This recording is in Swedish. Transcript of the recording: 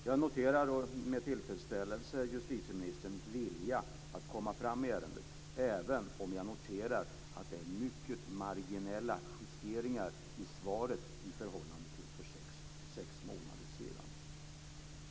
Jag noterar med tillfredsställelse justitieministerns vilja att komma fram i ärendet, även om jag tycker att det är mycket marginella justeringar i svaret i förhållande till interpellationssvaret för sex månader sedan.